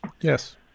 Yes